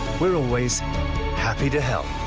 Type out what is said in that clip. we're always happy to help.